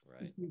Right